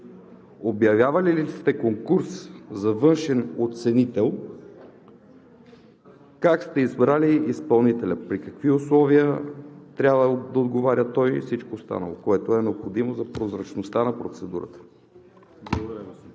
Обявявали ли сте конкурс за външен оценител? Как сте избрали изпълнителя – при какви условия трябва да отговаря той и всичко останало, което е необходимо за прозрачността на процедурата?